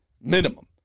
Minimum